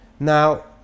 Now